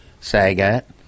Saget